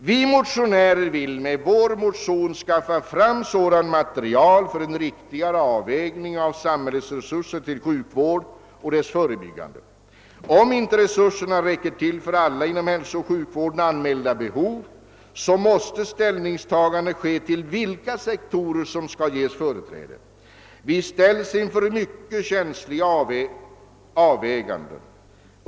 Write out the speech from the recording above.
— Vi motionärer vill med vår motion skaffa fram sådant material som behövs för en riktigare avvägning av samhällets resurser för sjukvård och dess förebyggande. Om inte resurserna räcker till för alla inom hälsooch sjukvården anmälda behov måste ställning tas till vilka sektorer som skall ges företräde. Vi ställs inför mycket känsliga avvägningar.